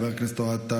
חבר הכנסת אוהד טל,